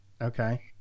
Okay